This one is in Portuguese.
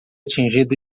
tingido